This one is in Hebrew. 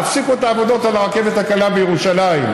תפסיקו את העבודות על הרכבת הקלה בירושלים,